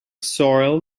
soiled